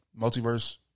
Multiverse